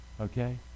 Okay